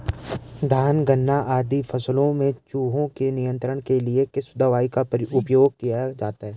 धान गन्ना आदि फसलों में चूहों के नियंत्रण के लिए किस दवाई का उपयोग किया जाता है?